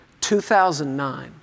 2009